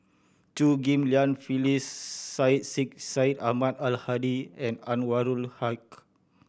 Chew Ghim Lian Phyllis Syed Sheikh Syed Ahmad Al Hadi and Anwarul Haque